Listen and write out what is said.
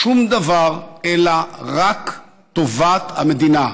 שום דבר, אלא רק טובת המדינה,